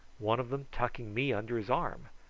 one of them tucking me under his arm,